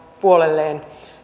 puolelleen